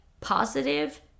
positive